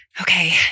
Okay